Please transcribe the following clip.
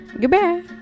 Goodbye